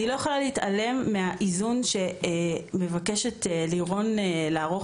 אני לא יכולה להתעלם מהאיזון שמבקשת לירון לערוך